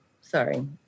Sorry